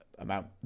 amount